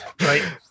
right